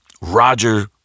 Roger